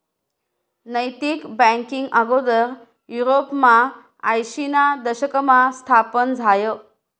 नैतिक बँकींग आगोदर युरोपमा आयशीना दशकमा स्थापन झायं